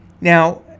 Now